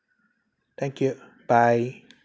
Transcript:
thank you bye